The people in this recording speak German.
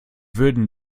würden